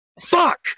Fuck